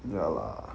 ya lah